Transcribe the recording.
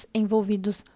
envolvidos